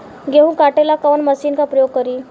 गेहूं काटे ला कवन मशीन का प्रयोग करी?